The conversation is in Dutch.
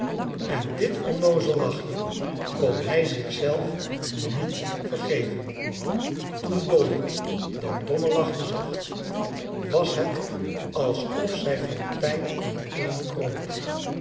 en dit onnoozel lachje kon hij zich zelf niet vergeven toen dolly dat domme lachje zag was het alsof zij van pijn ineen kromp